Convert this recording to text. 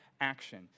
action